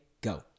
Go